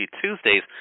Tuesdays